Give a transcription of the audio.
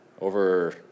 over